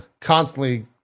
constantly